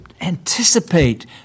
anticipate